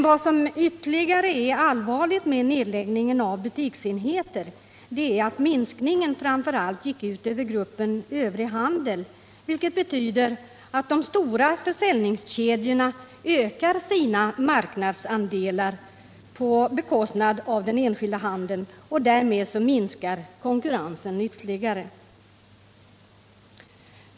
Vad som därutöver är allvarligt med nedläggningen av butiksenheter är att minskningen framför allt gick ut över gruppen övrig handel, vilket betyder att de stora försäljningskedjorna ökar sina marknadsandelar på bekostnad av den enskilda handeln. Därmed minskas konkurrensen ytterligare.